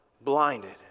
blinded